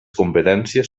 competències